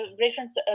reference